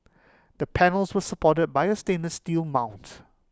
the panels were supported by A stainless steel mount